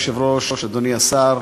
אדוני היושב-ראש, אדוני השר,